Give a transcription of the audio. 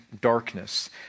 darkness